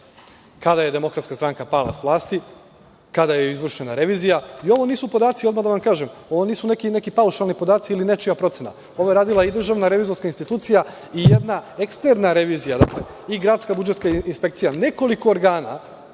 Kada je DS pala sa vlasti, kada je izvršena revizija, i ovo nisu podaci, odmah da vam kažem, ovo nisu neki paušalni podaci ili nečija procena, ovo je radila i DRI i jedna eksterna revizija, dakle, i gradska budžetska inspekcija. Nekoliko organa